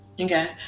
Okay